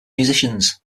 musicians